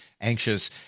anxious